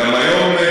גם היום,